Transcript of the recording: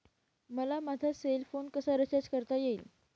मला माझा cell phone कसा रिचार्ज करता येईल?